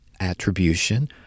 attribution